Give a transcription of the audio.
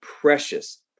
precious